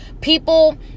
people